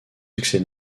succès